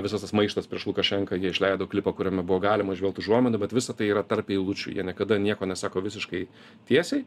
visas tas maištas prieš lukašenką jie išleido klipą kuriame buvo galima įžvelgt užuominų bet visa tai yra tarp eilučių jie niekada nieko nesako visiškai tiesiai